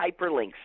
hyperlinks